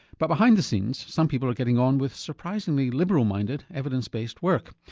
but behind the scene, some people are getting on with surprisingly liberal minded evidenced-based work.